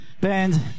Band